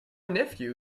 nephew